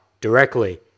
directly